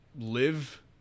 live